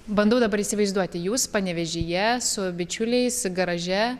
bandau dabar įsivaizduoti jūs panevėžyje su bičiuliais garaže